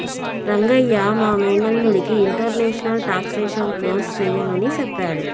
రంగయ్య మా మేనల్లుడికి international taxation course సెయ్యమని సెప్పాడు